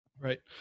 Right